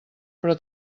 però